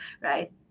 right